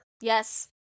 Yes